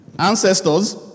Ancestors